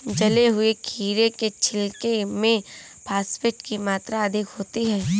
जले हुए खीरे के छिलके में फॉस्फेट की मात्रा अधिक होती है